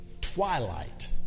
twilight